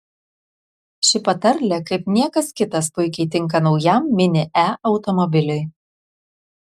ši patarlė kaip niekas kitas puikiai tinka naujam mini e automobiliui